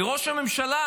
מראש הממשלה,